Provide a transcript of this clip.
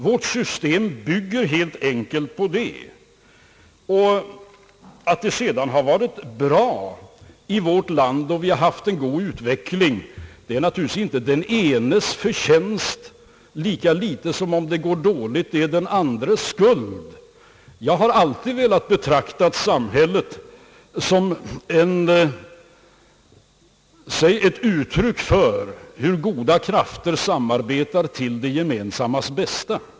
Vårt system bygger helt enkelt på detta. Att det sedan har varit bra i vårt land och att vi haft en god utveckling är naturligtvis lika litet den enes förtjänst som det är den andres skuld om det går dåligt. Jag har alltid velat betrakta samhället som ett uttryck för hur goda krafter samarbetar till det gemensammas bästa.